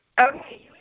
Okay